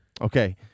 Okay